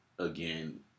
again